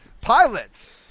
pilots